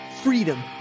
freedom